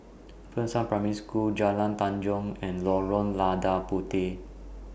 Fengshan Primary School Jalan Tanjong and Lorong Lada Puteh